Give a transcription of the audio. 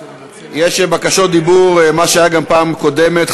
יש בקשות דיבור, מה שהיה גם בפעם הקודמת.